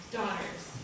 daughters